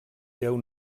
deu